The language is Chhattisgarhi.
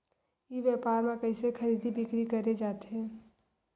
ई व्यापार म कइसे खरीदी बिक्री करे जाथे?